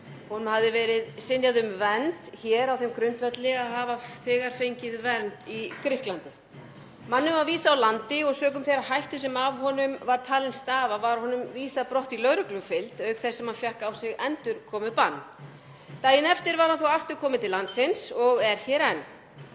Honum hafði verið synjað um vernd hér á þeim grundvelli að hafa þegar fengið vernd í Grikklandi. Manninum var vísað úr landi og sökum þeirrar hættu sem af honum var talin stafa var honum vísað brott í lögreglufylgd auk þess sem hann fékk á sig endurkomubann. Daginn eftir var hann þó aftur kominn til landsins og er hér enn.